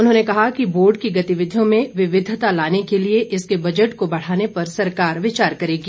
उन्होंने कहा कि बोर्ड की गतिविधियों में विविधता लाने के लिए इसके बजट को बढ़ाने पर सरकार विचार करेगी